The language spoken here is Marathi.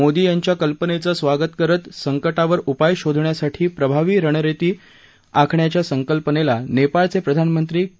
मोदी यांच्या कल्पनेचं स्वागत करत संक विर उपाय शोधण्यासाठी प्रभावी रणनीती आखण्याच्या संकल्पनेला नेपाळचे प्रधानमंत्री के